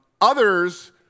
Others